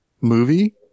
movie